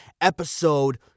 episode